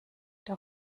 der